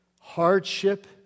hardship